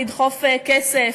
לדחוף כסף,